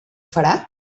farà